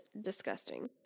disgusting